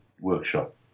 workshop